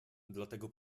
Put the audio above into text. dlatego